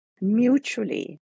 mutually